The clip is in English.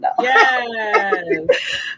Yes